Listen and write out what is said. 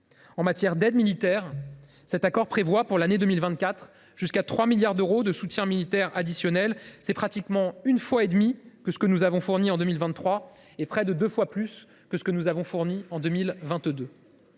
En matière d’aide militaire, cet accord prévoit, pour l’année 2024, jusqu’à 3 milliards d’euros de soutien militaire additionnel ; c’est pratiquement une fois et demie ce que nous avons fourni en 2023 et près de deux fois ce que nous avons fourni en 2022.